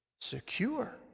secure